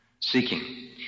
seeking